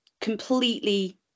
completely